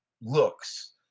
looks